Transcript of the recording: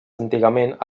antigament